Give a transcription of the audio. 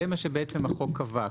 זה מה שהחוק קבע,